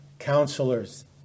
counselors